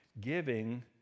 Giving